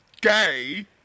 gay